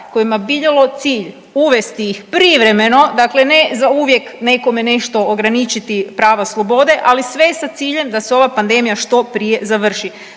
kojima bi imalo cilj uvesti ih privremeno, dakle ne zauvijek nekome nešto ograničiti prava slobode, ali sve sa ciljem da se ova pandemija što prije završi.